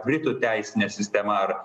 britų teisinė sistema ar